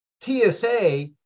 TSA